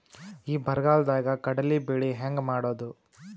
ಈ ಬರಗಾಲದಾಗ ಕಡಲಿ ಬೆಳಿ ಹೆಂಗ ಮಾಡೊದು?